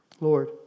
Lord